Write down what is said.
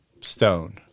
stone